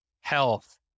health